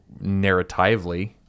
narratively